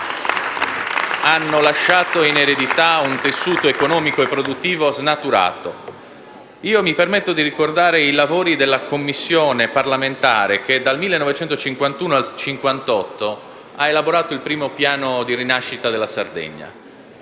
hanno lasciato in eredità un tessuto economico e produttivo snaturato. Mi permetto di ricordare i lavori della Commissione parlamentare che dal 1951 al 1958 ha elaborato il primo piano di rinascita della Sardegna.